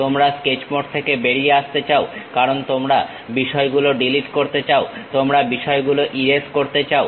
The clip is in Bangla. তোমরা স্কেচ মোড থেকে বেরিয়ে আসতে চাও কারণ তোমরা বিষয়গুলো ডিলিট করতে চাও তোমরা বিষয়গুলো ইরেজ করতে চাও